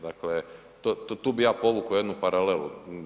Dakle, tu bi ja povukao jednu paralelu.